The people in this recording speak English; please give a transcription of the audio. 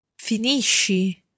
Finisci